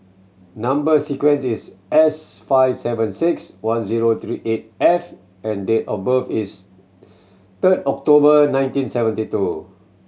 number sequence is S five seven six one zero three eight F and date of birth is third October nineteen seventy two